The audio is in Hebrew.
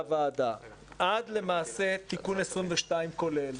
למעשה עד תיקון סעיף 22 כולל,